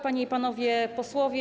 Panie i Panowie Posłowie!